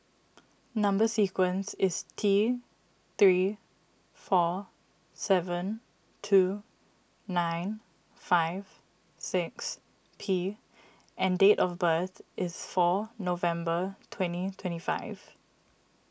Number Sequence is T three four seven two nine five six P and date of birth is four November twenty twenty five